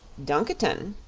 dunkiton,